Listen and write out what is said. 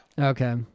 Okay